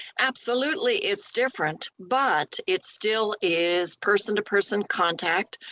absolutely it's different, but it still is person to person contact,